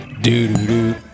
Do-do-do